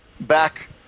back